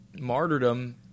martyrdom